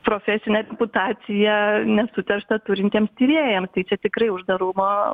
profesinę reputaciją nesuterštą turintiems tyrėjams tai čia tikrai uždarumo